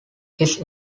his